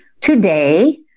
Today